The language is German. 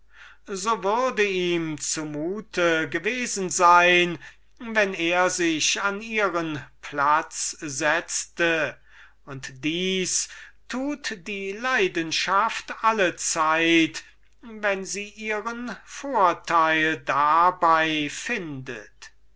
so würde es ihm gewesen sein wenn er sich an ihren platz setzte und das tut die leidenschaft allezeit wenn sie ihren vorteil dabei findet